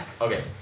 okay